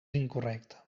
incorrecte